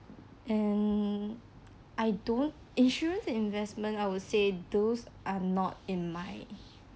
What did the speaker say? and I don't insurance and investment I would say those are not in my